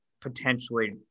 potentially